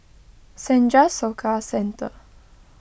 Senja Soka Centre